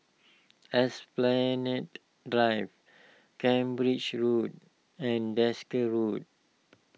Esplanade Drive Cambridge Road and Desker Road